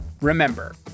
Remember